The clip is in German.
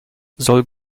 soll